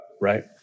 right